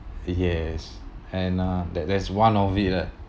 yes and uh that that's one of it ah